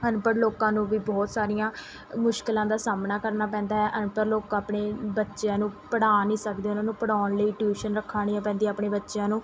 ਅਨਪੜ੍ਹ ਲੋਕਾਂ ਨੂੰ ਵੀ ਬਹੁਤ ਸਾਰੀਆਂ ਮੁਸ਼ਕਲਾਂ ਦਾ ਸਾਹਮਣਾ ਕਰਨਾ ਪੈਂਦਾ ਹੈ ਅਨਪੜ੍ਹ ਲੋਕ ਆਪਣੇ ਬੱਚਿਆਂ ਨੂੰ ਪੜ੍ਹਾ ਨਹੀਂ ਸਕਦੇ ਉਹਨਾਂ ਨੂੰ ਪੜ੍ਹਾਉਣ ਲਈ ਟਿਊਸ਼ਨ ਰਖਾਉਣੀਆਂ ਪੈਂਦੀ ਆਪਣੇ ਬੱਚਿਆਂ ਨੂੰ